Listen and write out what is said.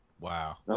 Wow